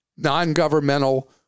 non-governmental